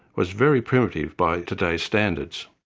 was very primitive by today's standards.